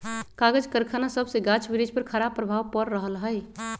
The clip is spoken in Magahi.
कागज करखना सभसे गाछ वृक्ष पर खराप प्रभाव पड़ रहल हइ